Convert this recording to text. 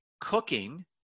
cooking